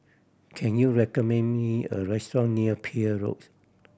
can you recommend me a restaurant near Peirce Road